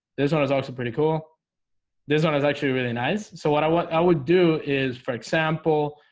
this one is also pretty cool this one is actually really nice so what i want i would do is for example,